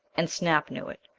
and snap knew it.